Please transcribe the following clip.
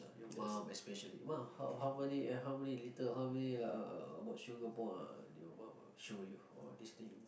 your mum especially !wah! how how many eh how many litre how many uh uh your mum will show you for this thing